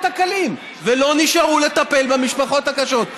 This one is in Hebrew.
הקלים ולא נשארו לטפל במשפחות הקשות.